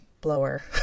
blower